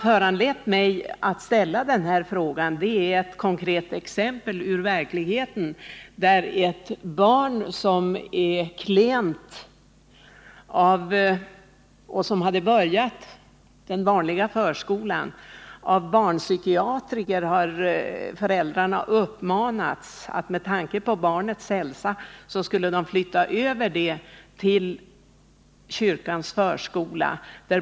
Vad som föranlett mig att ställa den här frågan är ett konkret exempel från verkligheten, där en förälder till ett barn som är klent och som börjat i den vanliga förskolan av barnpsykiater uppmanats att med tanke på barnets hälsa flytta över barnet till kyrkans förskola.